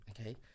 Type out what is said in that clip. okay